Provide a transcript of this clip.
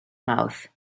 mouth